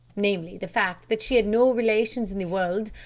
namely, the fact that she had no relations in the world,